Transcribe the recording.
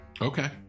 Okay